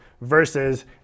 versus